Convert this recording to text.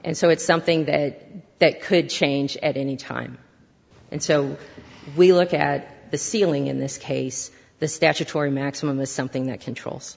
and so it's something that that could change at any time and so we look at the ceiling in this case the statutory maximum is something that controls